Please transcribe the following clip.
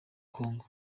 congo